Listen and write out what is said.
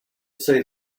say